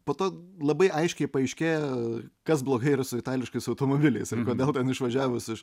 po to labai aiškiai paaiškėja kas blogai yra su itališkais automobiliais ir kodėl ten išvažiavus iš